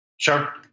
Sure